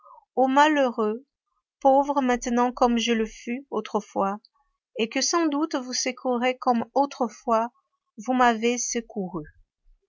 aux malheureux pauvres maintenant comme je le fus autrefois et que sans doute vous secourez comme autrefois vous m'avez secouru